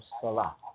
Salah